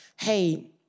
hey